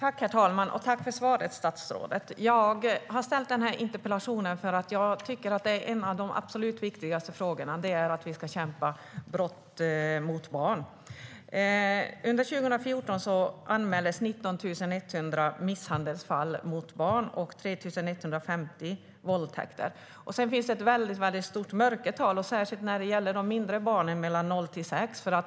Herr talman! Jag tackar statsrådet för svaret. Jag har ställt denna interpellation för att jag tycker att en av de absolut viktigaste frågorna är att vi ska bekämpa brott mot barn. Under 2014 anmäldes 19 100 misshandelsfall mot barn och 3 150 våldtäkter. Sedan finns det ett mycket stort mörkertal, särskilt när det gäller de mindre barnen mellan noll och sex år.